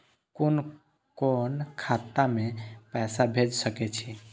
कुन कोण खाता में पैसा भेज सके छी?